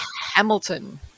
Hamilton